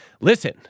listen